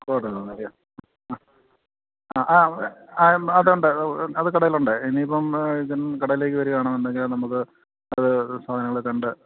ആ ആ ആ അതുണ്ട് അത് കടയിലുണ്ട് ഇനിയിപ്പം കടയിലേക്ക് വരുകയാണെന്നുണ്ടെങ്കിൽ നമുക്ക് അത് സാധനങ്ങൾ കണ്ട്